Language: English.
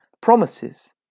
promises